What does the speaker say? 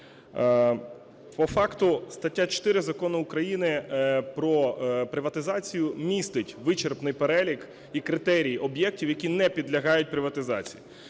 По факту, стаття 4 Закону України про приватизацію містить вичерпний перелік і критерії об'єктів, які не підлягають приватизації.